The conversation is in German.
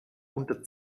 unter